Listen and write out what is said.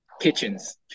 kitchens